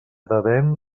devem